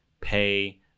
pay